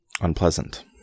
unpleasant